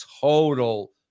total